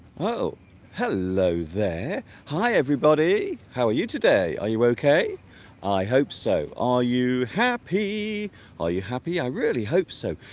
well hello there hi everybody how are ah you today are you okay i hope so are you happy are you happy i really hope so!